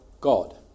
God